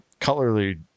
colorly